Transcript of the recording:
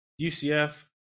UCF